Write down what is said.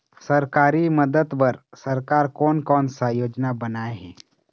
सरकारी मदद बर सरकार कोन कौन सा योजना बनाए हे?